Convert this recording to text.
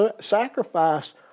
Sacrifice